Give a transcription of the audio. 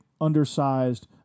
undersized